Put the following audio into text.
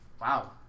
Wow